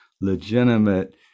legitimate